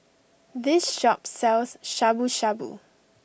this shop sells Shabu Shabu